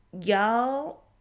y'all